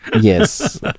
Yes